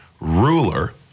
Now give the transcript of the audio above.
ruler